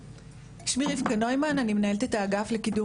שמי רבקה נוימן ואני מנהלת את האגף לקידום